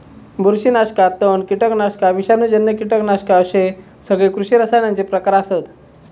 बुरशीनाशका, तण, कीटकनाशका, विषाणूजन्य कीटकनाशका अश्ये सगळे कृषी रसायनांचे प्रकार आसत